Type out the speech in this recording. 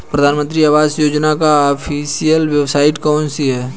प्रधानमंत्री आवास योजना की official website कौन सी है?